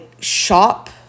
shop